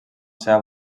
seva